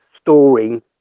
storing